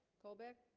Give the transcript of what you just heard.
colbeck